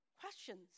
questions